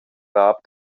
bab